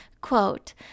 Quote